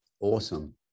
Awesome